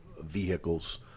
vehicles